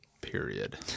period